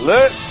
Let